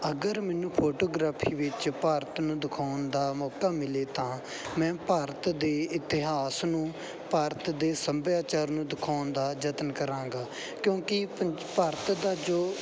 ਅਗਰ ਮੈਨੂੰ ਫੋਟੋਗ੍ਰਾਫੀ ਵਿੱਚ ਭਾਰਤ ਨੂੰ ਦਿਖਾਉਣ ਦਾ ਮੌਕਾ ਮਿਲੇ ਤਾਂ ਮੈਂ ਭਾਰਤ ਦੇ ਇਤਿਹਾਸ ਨੂੰ ਭਾਰਤ ਦੇ ਸੱਭਿਆਚਾਰ ਨੂੰ ਦਿਖਾਉਣ ਦਾ ਯਤਨ ਕਰਾਂਗਾ ਕਿਉਂਕਿ ਪ ਭਾਰਤ ਦਾ ਜੋ